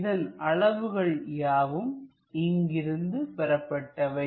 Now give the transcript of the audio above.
இதன் அளவுகள் யாவும் இங்கு இருந்து பெறப்பட்டவை